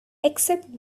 except